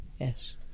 yes